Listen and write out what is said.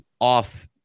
off-